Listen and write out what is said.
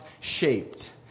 shaped